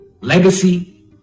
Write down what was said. legacy